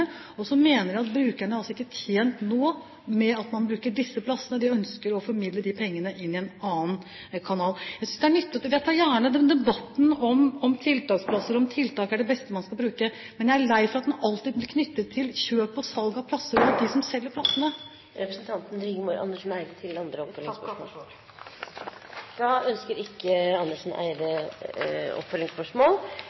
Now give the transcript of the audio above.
og så mener de at brukerne nå ikke er tjent med at man bruker disse plassene. De ønsker å formidle de pengene inn i en annen kanal. Jeg tar gjerne debatten om tiltaksplasser, om tiltak er det beste man skal bruke. Men jeg er lei for at debatten alltid blir knyttet til kjøp og salg av plasser. Jeg takker for svaret. Da ønsker altså ikke representanten Rigmor Andersen Eide tilleggsspørsmål. «I årets budsjett foreslås det at særreglene for dagpengemottakere over 64 år avvikles fra 2011. Begrunnelsen er at eldre ikke